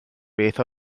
beth